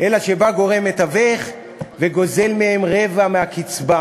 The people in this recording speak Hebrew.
אלא שבא גורם מתווך וגוזל מהם רבע מהקצבה.